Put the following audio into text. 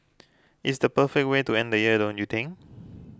it's the perfect way to end the year don't you think